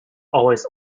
always